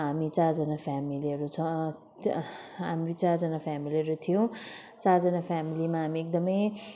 हामी चारजना फ्यामिलीहरू छ त्यो हामी चारजना फ्यामिलीहरू थियौँ चारजना फ्यामिलीमा हामी एकदमै